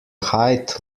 height